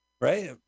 Right